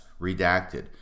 redacted